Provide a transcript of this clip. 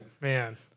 Man